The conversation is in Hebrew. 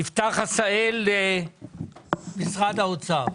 יפתח עשהאל, משרד האוצר.